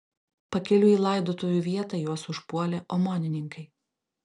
pakeliui į laidotuvių vietą juos užpuolė omonininkai